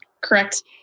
Correct